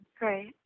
Right